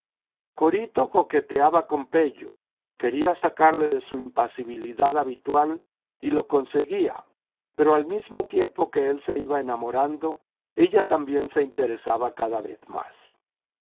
corito coqueteaba con pello quería sacarle de su impasibilidad habitual y lo conseguía pero al mismo tiempo que él se iba enamorando ella también se interesaba cada vez más